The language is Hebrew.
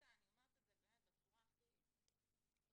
אומרת את זה בצורה הכי --- הפוליסה,